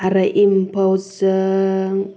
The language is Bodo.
आरो एम्फौजों